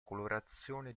colorazione